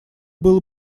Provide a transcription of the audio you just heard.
было